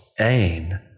ain